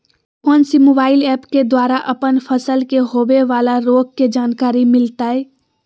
कौन सी mobile app के द्वारा अपन फसल के होबे बाला रोग के जानकारी मिलताय?